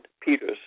Peters